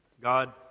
God